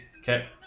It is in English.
okay